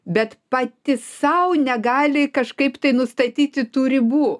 bet patys sau negali kažkaip tai nustatyti tų ribų